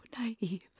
naive